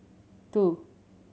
two